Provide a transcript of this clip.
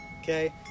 Okay